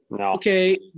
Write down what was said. Okay